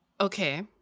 Okay